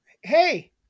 Hey